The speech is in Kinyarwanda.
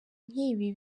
nk’ibi